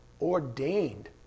ordained